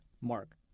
mark